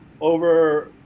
over